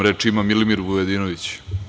Reč ima Milimir Vujadinović.